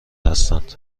هستند